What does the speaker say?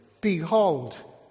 Behold